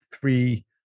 three